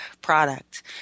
product